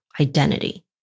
identity